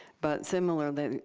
but similarly,